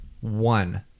one